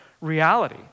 reality